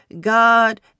God